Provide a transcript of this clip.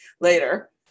later